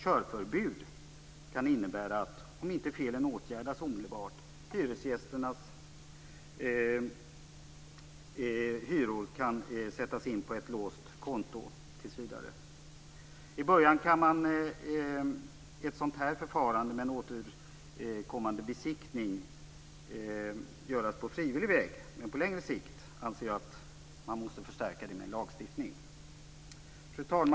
"Körförbud" kan innebära att om inte felen omedelbart åtgärdas kan hyresgästernas hyror tills vidare sättas in på ett låst konto. I början kan ett sådant här förfarande med en återkommande besiktning göras på frivillig väg. Men på längre sikt anser jag att man måste förstärka det med en lagstiftning. Fru talman!